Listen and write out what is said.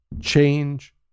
change